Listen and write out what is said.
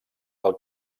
del